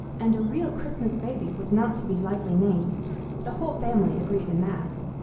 and a real christmas baby was not to be lightly named the whole family agreed in that.